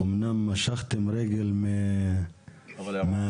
אומנם משכתם רגל מהעניין,